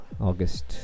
August